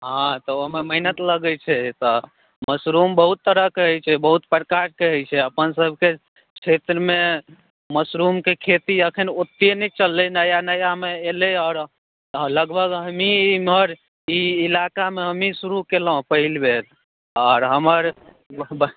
हॅं तँ ओहिमे मेहनत लगै छै तँ मशरूम बहुत तरहक होइ छै बहुत प्रकारके होइ छै अपन सबके क्षेत्रमे मशरूमके खेती एखन ओतेक नहि चललै नया नयामे अयलै आ लगभग हमहीँ एमहर ई इलाकामे हमहीँ शुरू कयलहुँ पहिलबेर आर हमर बाद